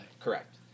correct